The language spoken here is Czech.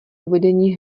uvedení